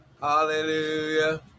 Hallelujah